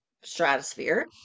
stratosphere